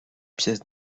pièce